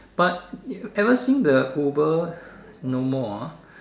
but ever since the Uber no more ah